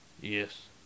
Yes